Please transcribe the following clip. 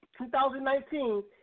2019